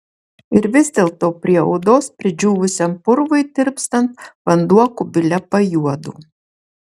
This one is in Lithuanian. ir vis dėlto prie odos pridžiūvusiam purvui tirpstant vanduo kubile pajuodo